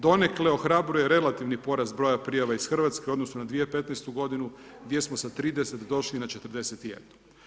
Donekle ohrabruje relativni porast broja prijava iz Hrvatske u odnosu na 2015. gdje smo sa 30 došli na 41.